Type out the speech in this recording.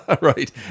Right